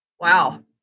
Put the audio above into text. Wow